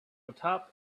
atop